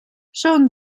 són